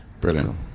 brilliant